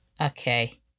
okay